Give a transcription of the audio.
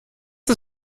ist